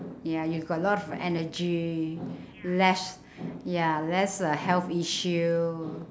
ya you got a lot of energy less ya less uh health issue